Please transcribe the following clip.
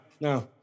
no